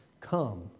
come